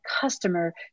customer